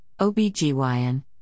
OBGYN